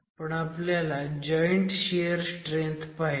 पण आपल्याला joint shear strength पाहिजे